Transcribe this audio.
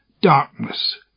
darkness